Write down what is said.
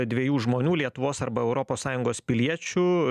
dviejų žmonių lietuvos arba europos sąjungos piliečių